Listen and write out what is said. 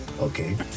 Okay